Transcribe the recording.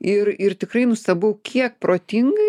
ir ir tikrai nustebau kiek protingai